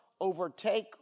overtake